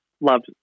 loved